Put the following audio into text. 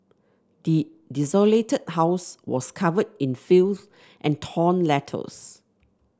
the desolated house was covered in filth and torn letters